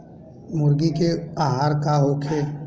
मुर्गी के आहार का होखे?